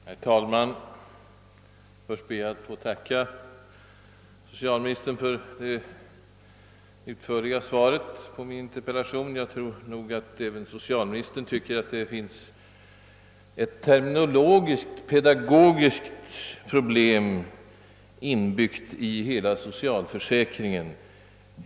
Herr talman! Först ber jag att få tacka socialministern för det utförliga svaret på min interpellation. Jag tror nog att även socialministern tycker att det finns ett terminologisktpedagogiskt problem inbyggt i socialförsäkringen.